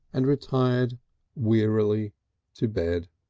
and retired wearily to bed.